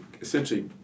essentially